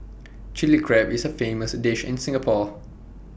Chilli Crab is A famous dish in Singapore